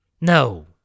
No